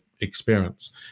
experience